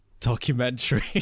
documentary